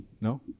No